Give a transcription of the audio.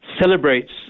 celebrates